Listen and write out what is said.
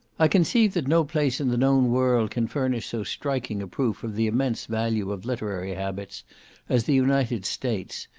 i conceive that no place in the known world can furnish so striking a proof of the immense value of literary habits as the united states,